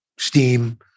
steam